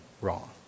wrong